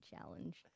challenge